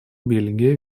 бельгия